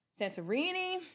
Santorini